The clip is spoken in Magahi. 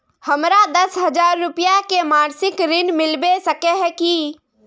हमरा दस हजार रुपया के मासिक ऋण मिलबे सके है की?